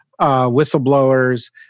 whistleblowers